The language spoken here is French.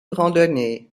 randonnée